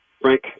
Frank